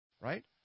Right